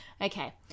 okay